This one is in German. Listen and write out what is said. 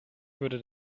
würde